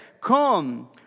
Come